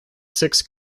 six